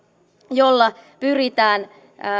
jolla pyritään